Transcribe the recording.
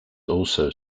also